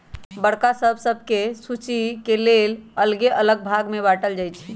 बड़का बैंक सभके सुचि के लेल अल्लग अल्लग भाग में बाटल जाइ छइ